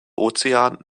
ozean